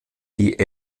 die